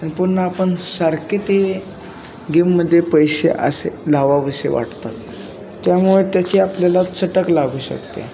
आणि पुन्हा आपण सारखे ते गेममध्ये पैसे असे लावावेसे वाटतात त्यामुळे त्याची आपल्याला चटक लागू शकते